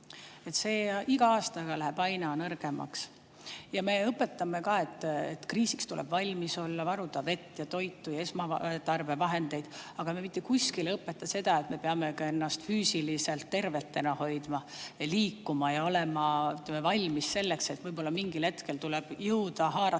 läheb iga aastaga aina nõrgemaks. Me õpetame, et kriisiks tuleb valmis olla, varuda vett, toitu ja esmatarbevahendeid, aga mitte kuskil me ei õpeta seda, et me peame ka ennast füüsiliselt tervetena hoidma ja liikuma ning olema valmis selleks, et võib-olla mingil hetkel tuleb jõuda haarata